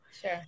sure